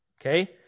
okay